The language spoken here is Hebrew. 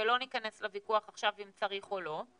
ולא ניכנס לוויכוח עכשיו אם צריך או לא,